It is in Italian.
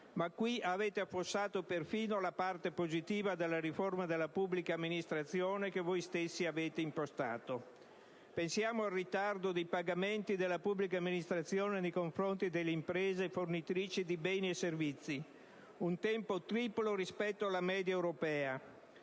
però, avete affossato perfino la parte positiva della riforma della pubblica amministrazione che voi stessi avevate impostato. Pensiamo al ritardo dei pagamenti della pubblica amministrazione nei confronti delle imprese fornitrici di beni e servizi: è un tempo triplo rispetto alla media europea.